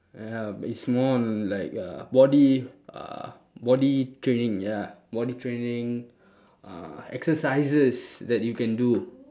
uh it's more on like uh body uh body training ya body training uh exercises that you can do